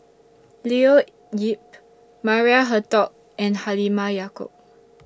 Leo Yip Maria Hertogh and Halimah Yacob